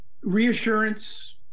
Reassurance